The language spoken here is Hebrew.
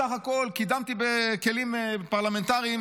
בסך הכול קידמתי בכלים פרלמנטריים